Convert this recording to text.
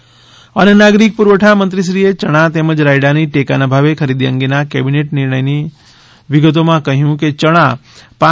મ્ખ્યમંત્રી અન્ન નાગરિક પુરવઠા મંત્રીશ્રીએ યણા તેમજ રાયડાની ટેકાના ભાવે ખરીદી અંગેના કેબિનેટ નિર્ણયની વિગતોમાં કહ્યું કે ચણા રૂા